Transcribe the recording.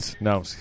no